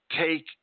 take